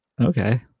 Okay